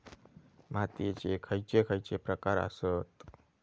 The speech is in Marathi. मातीयेचे खैचे खैचे प्रकार आसत?